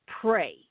pray